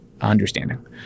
understanding